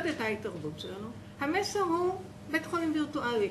את ההתערבות שלנו. המסר הוא בית חולים וירטואלי.